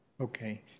Okay